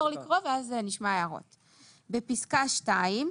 בפסקה (2),